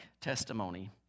testimony